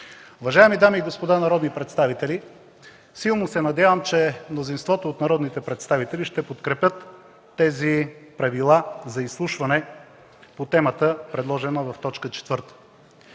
Уважаеми дами и господа народни представители, силно се надявам, че мнозинството от народните представители ще подкрепят тези правила за изслушване по темата, предложена в т. 4.